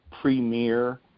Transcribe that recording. premier